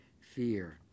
fear